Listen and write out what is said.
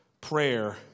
Prayer